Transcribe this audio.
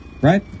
right